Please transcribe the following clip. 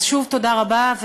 אז שוב תודה רבה,